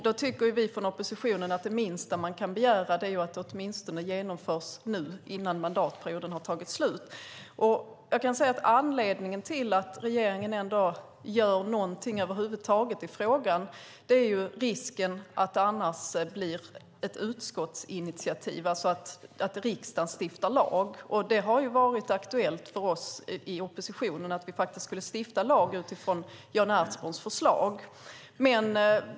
Då tycker vi från oppositionen att det minsta man kan begära är att det åtminstone genomförs före mandatperiodens slut. Anledningen till att regeringen gör något över huvud taget i frågan är risken att det annars blir ett utskottsinitiativ, alltså att riksdagen stiftar lag. Det har varit aktuellt för oss i oppositionen att vi skulle stifta lag utifrån Jan Ertsborns förslag.